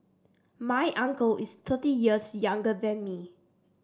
my uncle is thirty years younger than me